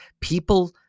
People